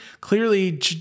Clearly